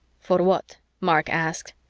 for what? mark asked.